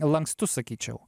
lankstus sakyčiau